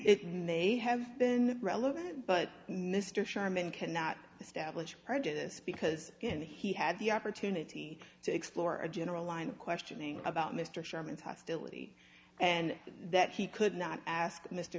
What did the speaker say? it may have been relevant but mr sherman cannot establish prejudice because again he had the opportunity to explore a general line of questioning about mr sherman hostility and that he could not ask mr